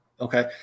okay